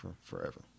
forever